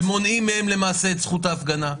ומונעים מהם למעשה את זכות ההפגנה.